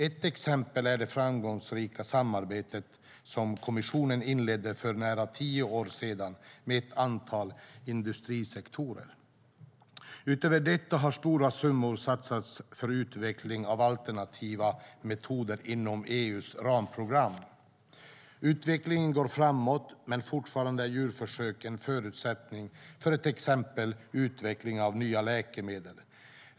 Ett exempel är det framgångsrika samarbete som kommissionen inledde för nära tio år sedan med ett antal industrisektorer. Utöver detta har stora summor satsats för utveckling av alternativa metoder inom EU:s ramprogram. Utvecklingen går framåt, men fortfarande är djurförsök en förutsättning för till exempel utveckling av nya läkemedel.